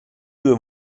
due